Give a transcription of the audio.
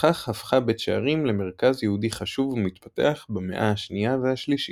וכך הפכה בית שערים למרכז יהודי חשוב ומתפתח במאה ה-2 וה-3.